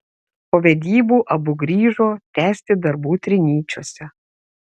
po vedybų abu grįžo tęsti darbų trinyčiuose